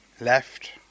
left